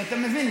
כי אתה מבין,